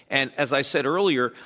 and as i said earlier,